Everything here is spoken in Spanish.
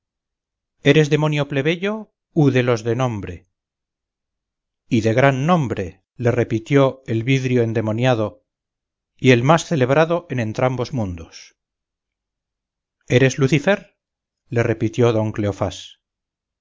eres demonio plebeyo u de los de nombre y de gran nombre le repitió el vidro endemoniado y el más celebrado en entrambos mundos eres lucifer le repitió don cleofás